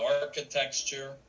architecture